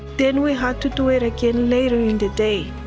then we have to do it again later in the day.